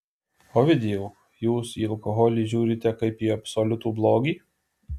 ovidijau jūs į alkoholį žiūrite kaip į absoliutų blogį